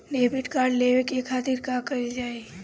Debit card लेवे के खातिर का कइल जाइ?